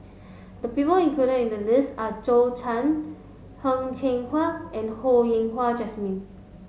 the people included in the list are Zhou Can Heng Cheng Hwa and Ho Yen Wah Jesmine